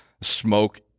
smoke